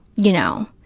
you know.